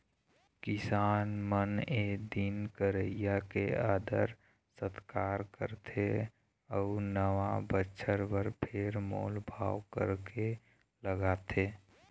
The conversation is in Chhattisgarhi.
किसान मन ए दिन कमइया के आदर सत्कार करथे अउ नवा बछर बर फेर मोल भाव करके लगाथे